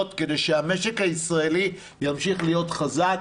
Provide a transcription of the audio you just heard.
כדי שהמשק הישראלי ימשיך להיות חזק,